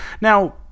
now